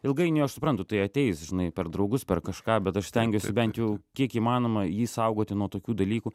ilgainiui aš suprantu tai ateis žinai per draugus per kažką bet aš stengiuosi bent jau kiek įmanoma jį saugoti nuo tokių dalykų